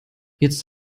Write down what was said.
jetzt